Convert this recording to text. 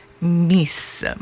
Miss